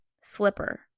slipper